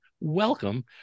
Welcome